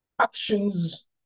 actions